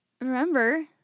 Remember